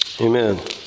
Amen